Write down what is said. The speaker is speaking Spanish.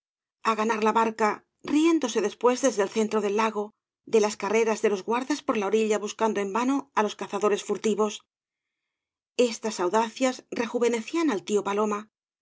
á ganar la v blasco ibáñbz barca riéndoee despuée desde el centro del lago de las carreras de icb guardas por la orilla buscando en vano á los cazadores furtivos estas au dacias rejuvenecían al tío paloma había que